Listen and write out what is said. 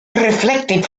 reflected